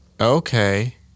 okay